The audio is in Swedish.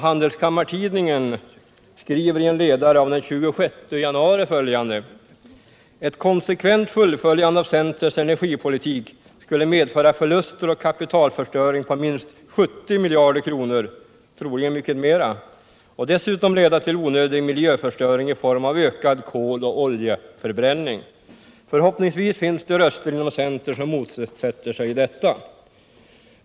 Handelskammartidningen skriver i en ledare av den 26 januari följande: ”Ett konsekvent fullföljande av centerns energipolitik skulle medföra förluster och kapitalförstöring på minst 70 miljarder kronor — troligen mycket mera — och dessutom leda till onödig miljöförstöring i form av ökad koloch oljeförbränning. Förhoppningsvis finns det röster inom centern som motsätter sig detta.